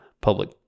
public